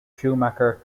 schumacher